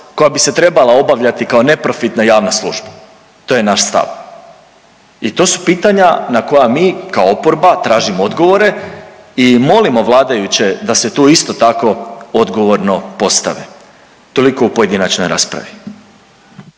koja bi se trebala obavljati kao neprofitna javna služba. To je naš stav. I to su pitanja na koja mi kao oporba tražimo odgovore i molimo vladajuće da se tu isto tako odgovorno postave. Toliko u pojedinačnoj raspravi.